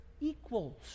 equals